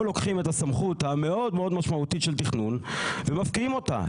פה לוקחים את הסמכות המאוד מאוד משמעותית של תכנון ומפקיעים אותה.